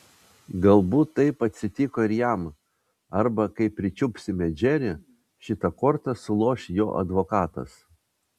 galbūt taip atsitiko ir jam arba kai pričiupsime džerį šita korta suloš jo advokatas